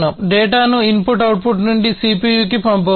డేటాను input output నుండి CPU కి పంపవచ్చు